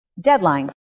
deadline